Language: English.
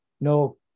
No